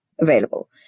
available